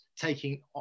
taking